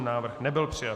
Návrh nebyl přijat.